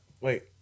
Wait